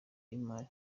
y’imari